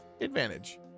advantage